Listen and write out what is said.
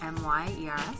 myers